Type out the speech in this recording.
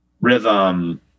rhythm